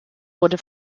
wurde